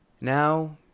Now